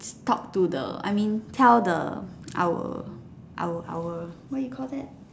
talk to the I mean tell the our our what you call that